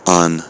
on